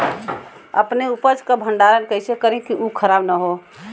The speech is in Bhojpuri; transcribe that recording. अपने उपज क भंडारन कइसे करीं कि उ खराब न हो?